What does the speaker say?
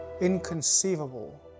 inconceivable